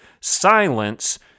Silence